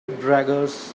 braggers